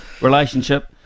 relationship